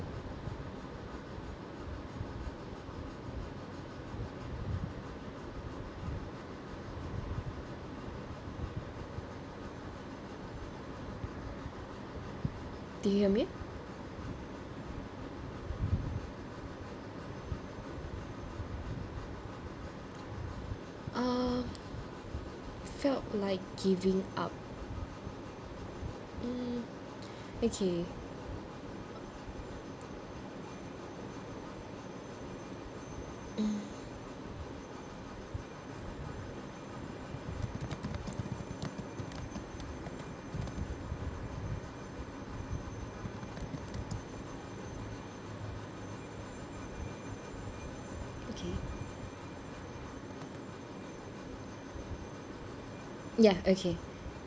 do you uh felt like giving up hmm okay hmm okay ya okay